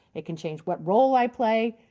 it can change what role i play.